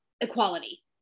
equality